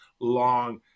long